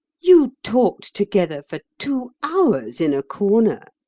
you talked together for two hours in a corner,